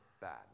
bad